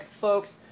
folks